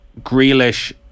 Grealish